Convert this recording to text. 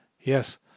Yes